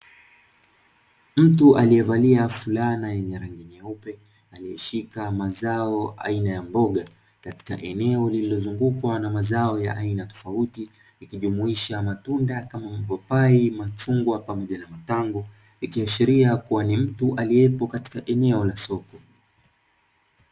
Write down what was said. Mtu aliyevalia fulana yenye rangi nyeupe, aliyeshika mazao aina ya mboga katika eneo lililozungukwa na mazao ya aina tofauti, ikijumuisha matunda kama mapapai, machungwa pamoja na matango, ikiashiria kuwa ni mtu aliyepo katika eneo la soko.